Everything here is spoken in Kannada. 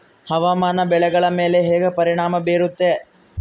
ಹವಾಮಾನ ಬೆಳೆಗಳ ಮೇಲೆ ಹೇಗೆ ಪರಿಣಾಮ ಬೇರುತ್ತೆ?